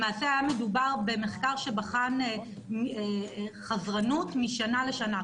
למעשה היה מדובר במחקר שבחן חזרנות משנה לשנה,